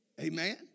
Amen